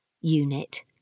Unit